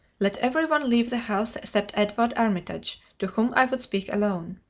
let every one leave the house except edward armitage, to whom i would speak alone.